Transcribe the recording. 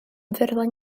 ffurflen